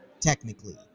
technically